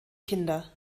kinder